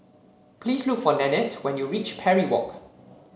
please look for Nanette when you reach Parry Walk